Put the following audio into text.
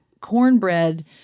cornbread